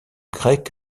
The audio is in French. grec